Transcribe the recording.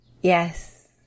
yes